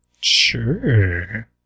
Sure